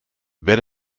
wer